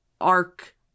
arc